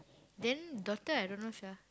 then daughter I don't know sia